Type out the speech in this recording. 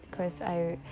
oh